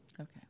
Okay